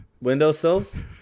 windowsills